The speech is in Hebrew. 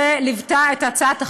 שליוותה את הצעת החוק.